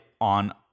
on